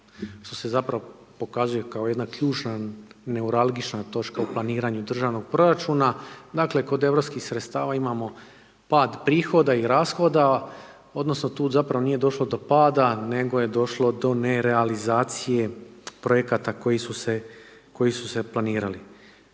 što se zapravo pokazuje kao jedna ključna neuralgična točka u planiranju državnog proračuna. Dakle, kod europskih sredstava imamo pad prihoda i rashoda, odnosno, tu zapravo nije došlo do pada, nego je došlo do nerealizacije projekta koji su se planirali.